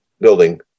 building